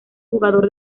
jugador